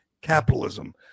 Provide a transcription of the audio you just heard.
capitalism